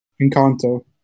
Encanto